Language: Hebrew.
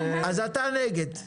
אז אתה נגד?